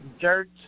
dirt